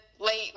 late